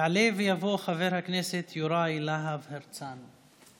יעלה ויבוא חבר הכנסת יוראי להב הרצנו.